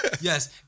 Yes